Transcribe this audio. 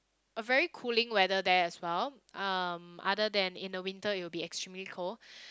a very cooling weather there as well um other than in the winter you would be extremely cold